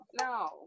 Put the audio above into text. No